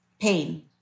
pain